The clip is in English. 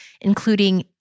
including